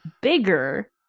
bigger